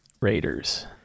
raiders